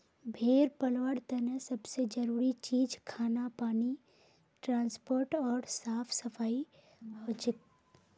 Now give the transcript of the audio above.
भेड़ पलवार तने सब से जरूरी चीज खाना पानी ट्रांसपोर्ट ओर साफ सफाई हछेक